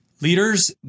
leaders